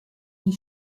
die